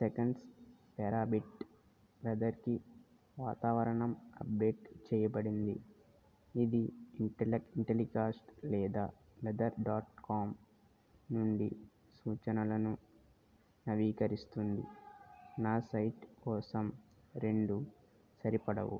seconds పెరబిట్ వెథర్కి వాతావరణం అప్డేట్ చేయబడింది ఇది ఇంటెల్లికాస్ట్ లేదా వెథర్ డాట్ కోమ్ నుండి సూచనలను నవీకరిస్తుంది నా సైట్ కోసం రెండు సరిపడవు